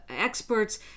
experts